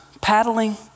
paddling